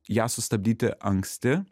ją sustabdyti anksti